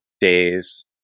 days